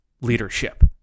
leadership